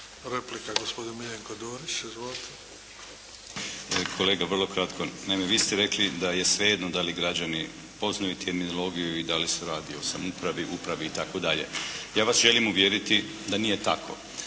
replika gospodin Miljenko Dorić. **Dorić, Miljenko (HNS)** Kolega vrlo kratko. Naime, vi ste rekli da je svejedno da li građani poznaju terminologiju i da li se radi o samoupravi, upravi itd. Ja vas želim uvjeriti da nije tako